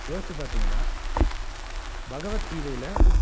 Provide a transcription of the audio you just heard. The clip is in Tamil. யோச்சிச்சு பார்த்தீங்கன்னா பகவத்கீதையில்